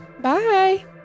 bye